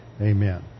Amen